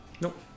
Nope